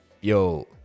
Yo